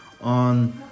on